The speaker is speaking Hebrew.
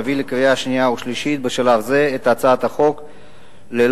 להביא לקריאה שנייה ושלישית בשלב זה את הצעת החוק ללא